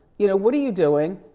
you know, what are you doing?